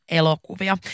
elokuvia